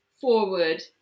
forward